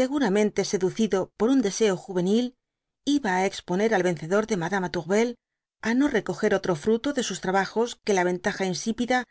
seguramente seducido por un deseo juvenil iba á esponer al vaicedor de madama tourvel á no recojer otro fruto de sus trabajos que la ventaja insípida